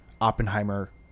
oppenheimer